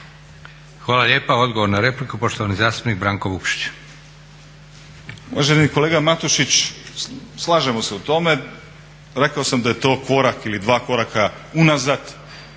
Hvala lijepa. Odgovor na repliku, poštovani zastupnik Branko Vukšić.